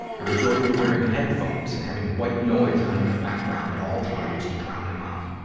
i resorted to earing headphones and having white noise on in the background at all times to drown him out.